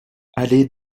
allée